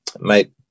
mate